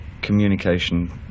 communication